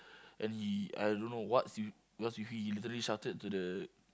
and he I don't know what's with what's with he he literally shouted to the